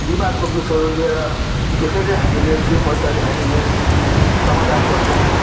बिमारको विषयहरू लिएर त्यसैले हामीले जे पैसाले चाहिँ हामीले समाधान गर्छौँ